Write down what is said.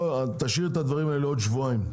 תשאיר את הדברים האלה לעוד שבועיים.